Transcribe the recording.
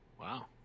Wow